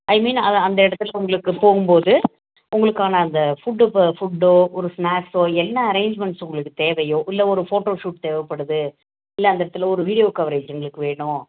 ஐ mean அ அந்த இடத்துல உங்களுக்கு போகும்போது உங்களுக்கான அந்த ஃபுட்டு ஃபுட்டோ ஒரு ஸ்நாக்ஸோ என்ன அரேஞ்ச்மெண்ட்ஸ் உங்களுக்குத் தேவையோ இல்லை ஒரு ஃபோட்டோ ஷூட் தேவைப்படுது இல்லை அந்த இடத்துல ஒரு வீடியோ கவரேஜ் உங்களுக்கு வேணும்